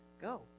go